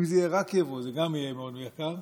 אם זה יהיה רק יבוא, זה גם יהיה מאוד יקר.